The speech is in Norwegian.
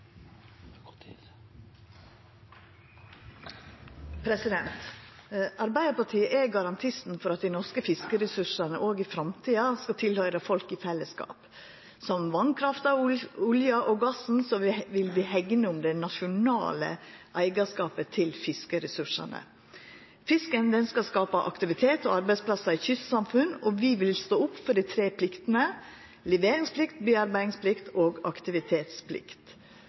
gassen vil vi hegna om det nasjonale eigarskapet til fiskeressursane. Fisken skal skapa aktivitet og arbeidsplassar i kystsamfunn, og vi vil stå opp for dei tre pliktene: leveringsplikt, bearbeidingsplikt og aktivitetsplikt.